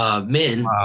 men